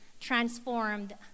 transformed